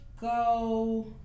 go